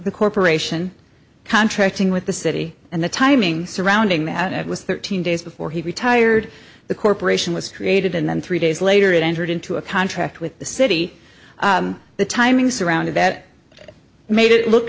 the corporation contracting with the city and the timing surrounding that it was thirteen days before he retired the corporation was created and then three days later it entered into a contract with the city the timing surrounded that made it look